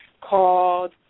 called